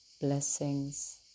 blessings